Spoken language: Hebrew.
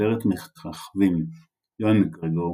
בסרט מככבים יואן מקגרגור,